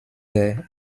der